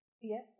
Yes